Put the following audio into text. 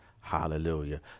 Hallelujah